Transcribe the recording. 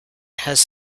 has